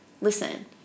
Listen